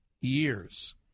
years